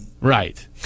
Right